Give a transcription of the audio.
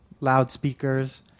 loudspeakers